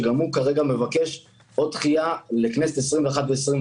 שגם הוא כרגע מבקש דחייה לגבי הגשת הדוחות לגבי הכנסת ה-21 וה-22.